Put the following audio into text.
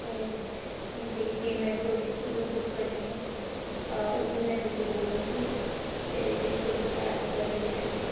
ते जेह्ड़ी पेमैंट होग्गी उ'ऐ बुक्क करनी ऐ ओह् बी में तुसें गी देई ओड़गी ते जेह्ड़ी तोआड़ी कैब सर्विस ऐ